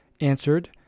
answered